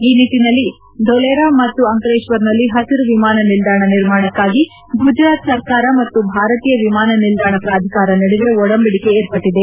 ಈ ನಿಟ್ಟನಲ್ಲಿ ಧೊಲೇರಾ ಮತ್ತು ಅಂಕಲೇಶ್ವರ್ನಲ್ಲಿ ಹಸಿರು ವಿಮಾನ ನಿಲ್ದಾಣ ನಿರ್ಮಾಣಕ್ಕಾಗಿ ಗುಜರಾತ್ ಸರ್ಕಾರ ಮತ್ತು ಭಾರತೀಯ ವಿಮಾನ ನಿಲ್ದಾಣ ಪ್ರಾಧಿಕಾರ ನಡುವೆ ಒಡಂಬಡಿಕೆ ಏರ್ಪಟ್ಟದೆ